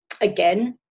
again